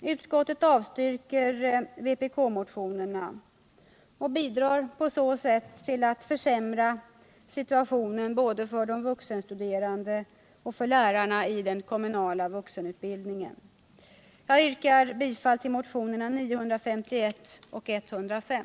Utskottet avstyrker vpk-motionerna och bidrar på så sätt till att försämra situationen både för de vuxenstuderande och för lärarna i den kommunala vuxenutbildningen. Jag yrkar bifall till motionerna 951 och 105.